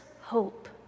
hope